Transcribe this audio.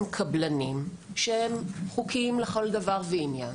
קבלנים שהם חוקיים לכל דבר ועניין.